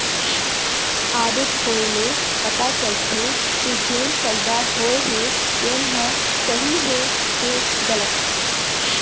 audit होए ले पता चलथे के जेन सउदा होए हे तेन ह सही हे के गलत